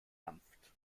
dampft